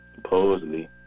supposedly